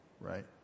right